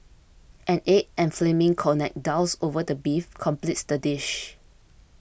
an egg and flaming cognac doused over the beef completes the dish